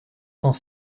cent